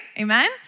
Amen